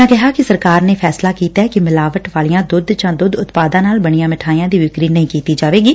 ਉਨ੍ਹਾਂ ਕਿਹਾ ਕਿ ਸਰਕਾਰ ਨੇ ਫੈਸਲਾ ਕੀਤੈ ਕਿ ਮਿਲਾਵਟ ਵਾਲੀਆਂ ਦੁੱਧ ਜਾਂ ਦੁੱਧ ਉਤਪਾਦਾਂ ਨਾਲ ਬਣੀਆਂ ਮਿਠਾਈਆਂ ਦੀ ਵਿਕਰੀ ਨਹੀਂ ਕੀਤੀ ਜਾਵੇਗੀ